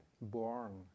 born